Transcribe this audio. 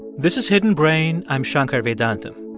this is hidden brain. i'm shankar vedantam.